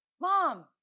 Mom